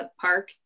park